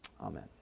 Amen